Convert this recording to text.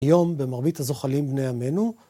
היום במרמית הזוחלים בני עמנו